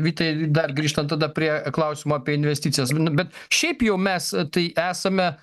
vytai dar grįžtant tada prie klausimo apie investicijas bet šiaip jau mes tai esame